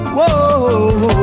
Whoa